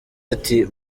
ati